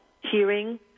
Hearing